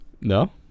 No